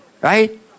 Right